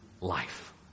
life